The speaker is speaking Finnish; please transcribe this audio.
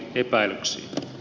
epäilykset